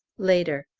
later.